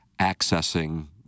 accessing